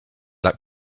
that